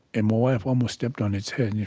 and my wife almost stepped on its head, and